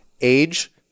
age